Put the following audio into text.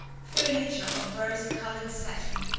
furniture of rose-coloured satin,